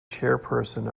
chairperson